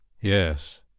Yes